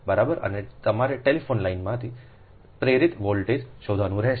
બરાબર અને તમારે ટેલિફોન લાઇનમાં પ્રેરિત વોલ્ટેજ શોધવાનું રહેશે